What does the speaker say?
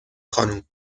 خانم